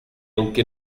aunque